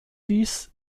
dies